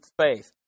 faith